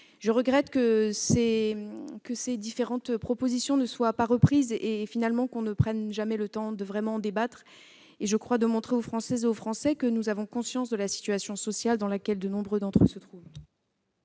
Je déplore que ces différentes propositions ne soient pas adoptées, que nous ne prenions finalement jamais le temps de vraiment débattre et de montrer aux Françaises et aux Français que nous avons conscience de la situation sociale dans laquelle nombre d'entre eux se trouvent.